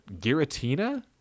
Giratina